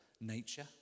nature